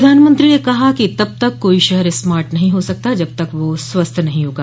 प्रधानमंत्री ने कहा कि तब तक कोई शहर स्मार्ट नहीं हो सकता जब तक वह स्वस्थ नहीं होगा